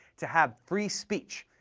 to have free speech,